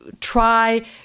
try